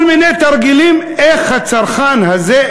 כל מיני תרגילים איך הצרכן הזה,